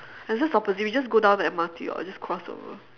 it's just opposite we just go down the M_R_T or just cross over